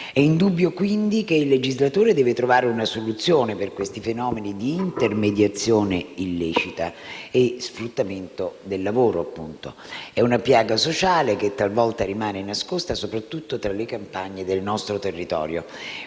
È indubbio, quindi, che il legislatore debba trovare una soluzione per questi fenomeni di intermediazione illecita e sfruttamento del lavoro. È una piaga sociale che talvolta rimane nascosta, soprattutto tra le campagne del nostro territorio.